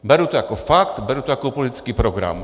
Beru to jako fakt, beru to jako politický program.